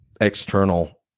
external